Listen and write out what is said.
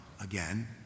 again